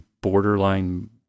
borderline